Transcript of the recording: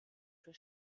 für